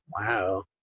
Wow